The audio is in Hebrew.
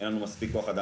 אין לנו מספיק כוח אדם.